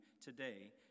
today